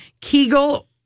Kegel